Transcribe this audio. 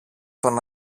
τον